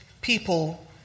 people